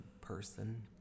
person